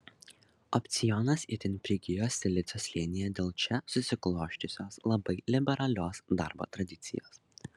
opcionas itin prigijo silicio slėnyje dėl čia susiklosčiusios labai liberalios darbo tradicijos